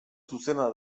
zuzena